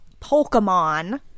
Pokemon